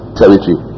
territory